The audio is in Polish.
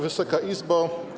Wysoka Izbo!